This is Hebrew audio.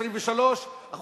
23,000,